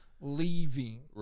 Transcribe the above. leaving